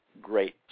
great